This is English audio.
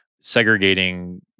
segregating